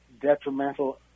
detrimental